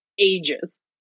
ages